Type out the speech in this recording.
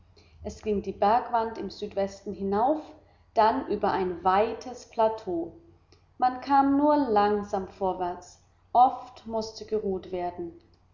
es ging die bergwand im südwesten hinauf dann über ein weites plateau man kam nur langsam vorwärts oft mußte geruht werden